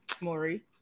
Maury